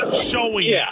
showing